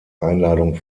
einladung